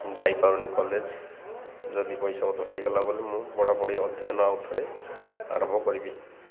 ମୁଁ ଯାଇପାରୁନି କଲେଜ୍ ଯଦି ପଇସାପତର ହେଇଗଲା ବଲେ ମୁଁ ପଢ଼ାପଢ଼ି ଅଧ୍ୟୟନ ଆଉ ଥରେ ଆରମ୍ଭ କରିବି